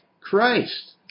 Christ